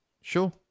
Sure